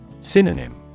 Synonym